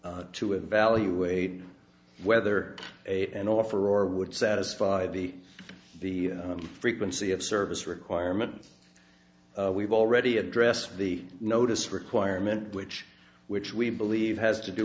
to evaluate whether a an offer or would satisfy the the frequency of service requirement we've already addressed the notice requirement which which we believe has to do